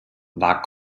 war